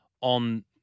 on